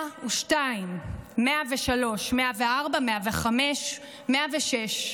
102, 103, 104, 105, 106,